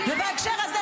ובהקשר הזה,